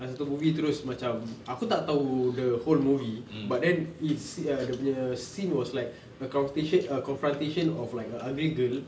ada satu movie terus macam aku tak tahu the whole movie but then it's ah dia punya scene was like a confrontation of like a ugly girl